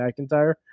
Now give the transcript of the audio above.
McIntyre